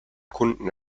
kunden